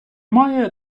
має